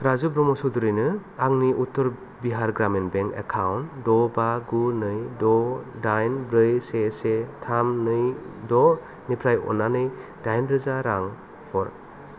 राजु ब्रह्म' चौधुरिनो आंनि Uttar Bihar Gramin bank account द' बा गु नै द' दाइन ब्रै से से थाम नै द'निफ्राय अन्नानै दाइन रोजा रां हर